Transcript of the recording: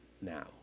now